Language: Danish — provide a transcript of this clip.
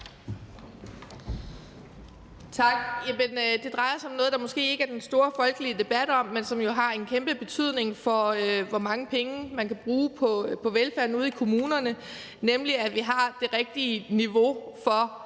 Tak. Det drejer sig om noget, der måske ikke er den store folkelige debat om, men som jo har en kæmpe betydning for, hvor mange penge man kan bruge på velfærden ude i kommunerne, nemlig at vi har det rigtige niveau for